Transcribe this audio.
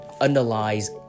underlies